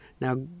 Now